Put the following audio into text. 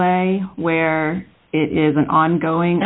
way where it is an on going